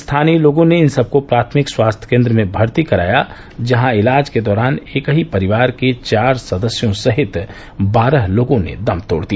स्थानीय लोगों ने इन सबको प्राथमिक स्वास्थ्य केन्द्र में भर्ती कराया जहां इलाज के दौरान एक ही परिवार के चार सदस्यों सहित बारह लोगों ने दम तोड़ दिया